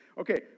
okay